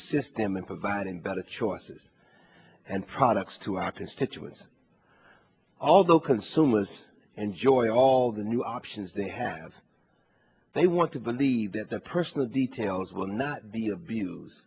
assist them in providing better choices and products to our constituents although consumers enjoy all the new options they have they want to believe that their personal details will not be